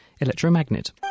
electromagnet